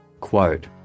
Quote